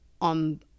on